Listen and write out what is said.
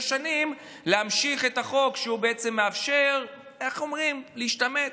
שנים להמשיך את החוק שמאפשר להשתמט,